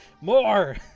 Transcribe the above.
More